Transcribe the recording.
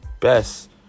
best